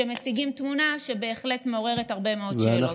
שמציגים תמונה שבהחלט מעוררת הרבה מאוד שאלות.